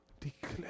Declare